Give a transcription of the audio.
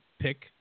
pick